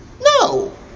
No